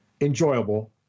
enjoyable